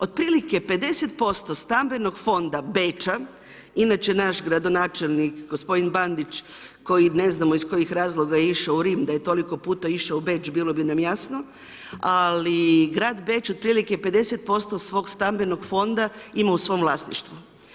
Otprilike 50% stambenog fonda Beča, inače naš gradonačelnik gospodin Bandić, koji ne znamo iz kojih razloga je išao u Rim, da je toliko puta išao u Beč bilo bi nam jasno, ali grad Beč otprilike 50% svog stambenog fonda ima u svom vlasništvu.